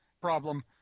problem